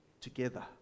together